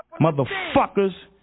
motherfuckers